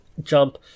Jump